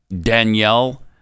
Danielle